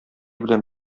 белән